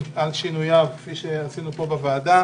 עם השינויים כפי שעשינו בוועדה